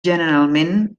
generalment